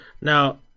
now